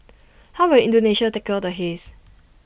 how will Indonesia tackle the haze